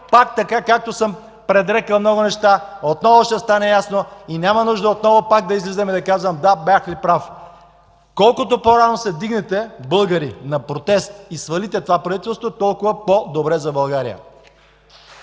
пак така, както съм предрекъл много неща. Отново ще стане ясно и няма да има нужда да излизам и да казвам „Да, бях прав.” Българи, колкото по-рано се вдигнете на протест и свалите това правителство, толкова по-добре за България!